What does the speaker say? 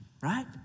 Right